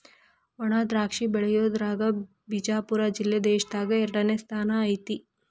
ವಣಾದ್ರಾಕ್ಷಿ ಬೆಳಿಯುದ್ರಾಗ ಬಿಜಾಪುರ ಜಿಲ್ಲೆ ದೇಶದಾಗ ಎರಡನೇ ಸ್ಥಾನ ಐತಿ